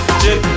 chip